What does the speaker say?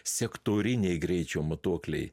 sektoriniai greičio matuokliai